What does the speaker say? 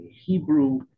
Hebrew